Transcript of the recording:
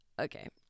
okay